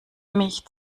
mich